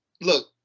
look